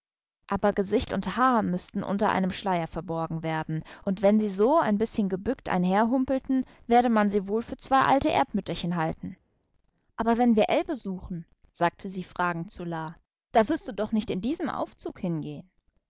aber gesicht und haar müßten unter einem schleier verborgen werden und wenn sie so ein bißchen gebückt einherhumpelten werde man sie ja wohl für zwei alte erdmütterchen halten aber wenn wir ell besuchen sagte sie fragend zu la da wirst du doch nicht in diesem aufzug hingehen